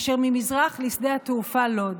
אשר ממזרח לשדה התעופה לוד.